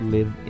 Live